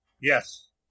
Yes